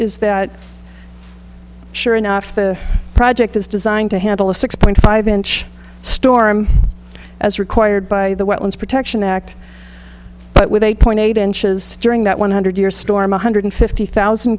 is that sure enough the project is designed to handle a six point five inch storm as required by the wetlands protection act but with eight point eight inches during that one hundred year storm one hundred fifty thousand